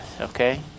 Okay